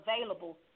available